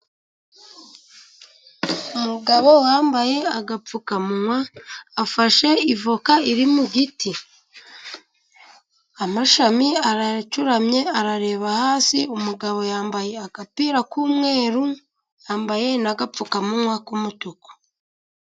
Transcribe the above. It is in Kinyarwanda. Umugabo wambaye agapfukamunwa afashe avoka iri mu giti ,amashami acuramye arareba hasi. Umugabo yambaye agapira k'umweru yambaye n'agapfukamuywa k'umutuku.